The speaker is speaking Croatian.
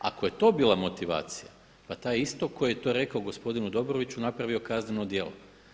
Ako je to bila motivacija, pa taj isto koji je to rekao gospodinu Dobroviću napravio kazneno djelo.